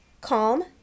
Calm